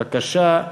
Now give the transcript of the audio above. בבקשה,